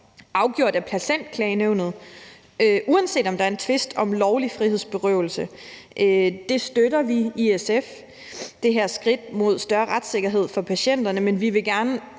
afgjort af Patientklagenævnet, uanset om der er en tvist om lovlig frihedsberøvelse. Det støtter vi i SF, altså det her skridt mod større retssikkerhed for patienterne, men vi vil gerne